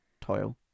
toil